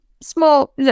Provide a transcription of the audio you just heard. small